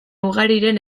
ugariren